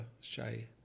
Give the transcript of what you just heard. Shay